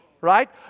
Right